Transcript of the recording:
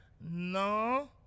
No